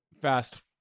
fast